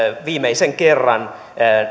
viimeisen kerran